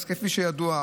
אז כפי שידוע,